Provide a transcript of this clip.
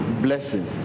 blessing